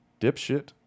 dipshit